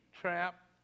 trap